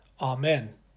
Amen